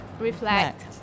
reflect